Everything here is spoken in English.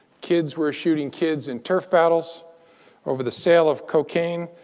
kids were shooting kids in turf battles over the sale of cocaine.